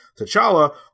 T'Challa